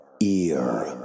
ear